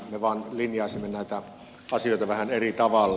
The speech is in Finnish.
me vaan linjaisimme näitä asioita vähän eri tavalla